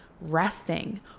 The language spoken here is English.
resting